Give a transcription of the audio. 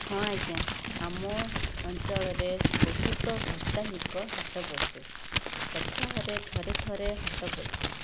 ହଁ ଆଜ୍ଞା ଆମ ଅଞ୍ଚଳରେ ବହୁତ ସାପ୍ତାହିକ ହାଟ ବସେ ସପ୍ତାହରେ ଥରେ ଥରେ ହାଟ ବସେ